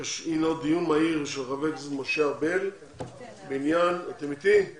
דיון מהיר של חבר הכנסת משה ארבל בעניין עידוד